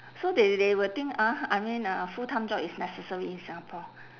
so they they will think !huh! I mean a full time job is necessary in singapore